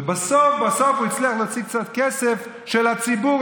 ובסוף בסוף הוא הצליח להוציא קצת כסף של הציבור